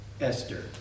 Esther